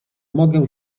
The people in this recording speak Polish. mogę